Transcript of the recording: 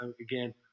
Again